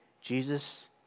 Jesus